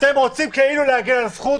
אתם רוצים כאילו להגן על זכות,